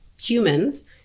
humans